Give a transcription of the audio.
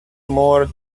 more